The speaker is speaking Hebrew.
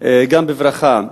גם בברכה.